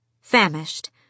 Famished